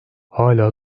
hâlâ